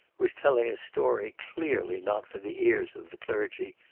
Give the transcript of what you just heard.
was telling a story clearly not for the ears of the clergy,